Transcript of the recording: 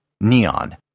neon